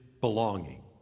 belonging